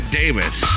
davis